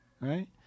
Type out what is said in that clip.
right